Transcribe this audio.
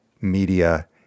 media